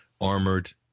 armored